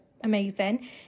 amazing